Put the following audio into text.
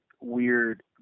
weird